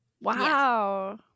Wow